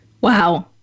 Wow